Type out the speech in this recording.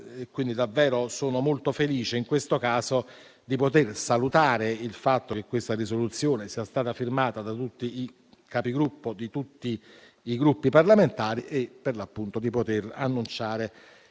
quindi davvero sono molto felice di poter salutare il fatto che questa risoluzione sia stata firmata dai Capigruppo di tutti i Gruppi parlamentari e di poter annunciare